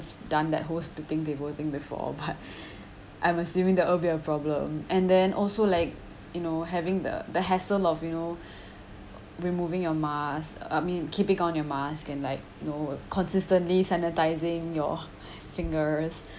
done that whole splitting table thing before but I'm assuming that will be a problem and then also like you know having the the hassle of you know removing your mask I mean keeping on your mask and like you know consistently sanitising your fingers